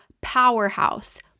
powerhouse